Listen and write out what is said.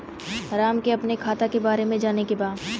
राम के अपने खाता के बारे मे जाने के बा?